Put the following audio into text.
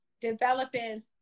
developing